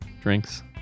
drinks